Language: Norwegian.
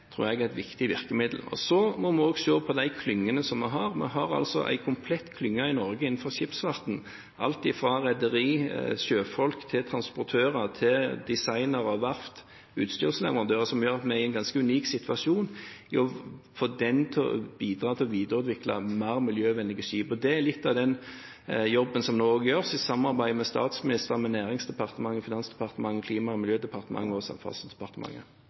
et viktig virkemiddel. Så må vi se på de klyngene vi har. Vi har en komplett klynge innenfor skipsfarten i Norge – alt fra rederi og sjøfolk til transportører, designere, verft og utstyrsleverandører – som gjør at vi er i en ganske unik situasjon ved å få den til å bidra til å videreutvikle mer miljøvennlige skip. Det er litt av den jobben som nå gjøres i et samarbeid mellom statsministeren, Næringsdepartementet, Finansdepartementet, Klima- og miljødepartementet og Samferdselsdepartementet.